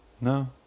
No